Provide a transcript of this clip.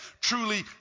truly